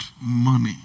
money